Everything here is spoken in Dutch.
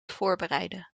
voorbereiden